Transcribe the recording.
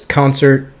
concert